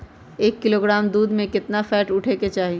एक किलोग्राम दूध में केतना फैट उठे के चाही?